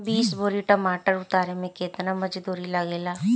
बीस बोरी टमाटर उतारे मे केतना मजदुरी लगेगा?